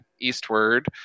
eastward